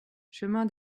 chemin